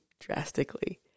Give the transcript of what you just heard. drastically